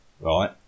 Right